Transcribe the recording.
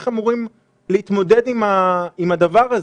איך הם אמורים להתמודד עם הדבר הזה?